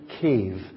cave